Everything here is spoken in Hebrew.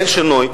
אין שינוי,